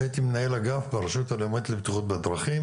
כשהייתי מנהל אגף ברשות הלאומית לבטיחות בדרכים